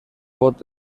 pot